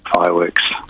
fireworks